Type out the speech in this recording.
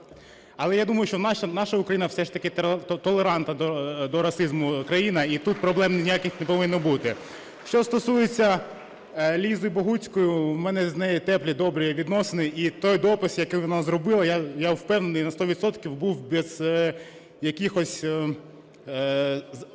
Але я думаю, що наша країна все ж таки толерантна до расизму країна, і тут проблем ніяких не повинно бути. Що стосується Лізи Богуцької, у мене з нею теплі, добрі відносини, і той допис, який вона зробила, я впевнений на сто відсотків, був без якихось